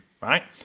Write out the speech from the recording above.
right